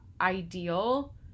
ideal